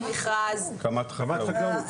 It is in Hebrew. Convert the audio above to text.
קמ"ט חקלאות.